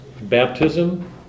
baptism